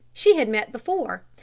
she had met before,